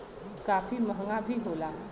काफी महंगा भी होला